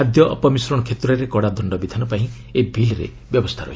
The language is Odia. ଖାଦ୍ୟ ଅପମିଶ୍ରଣ କ୍ଷେତ୍ରରେ କଡା ଦଶ୍ଡବିଧାନ ପାଇଁ ଏହି ବିଲ୍ରେ ବ୍ୟବସ୍ଥା ରହିଛି